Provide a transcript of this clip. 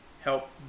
help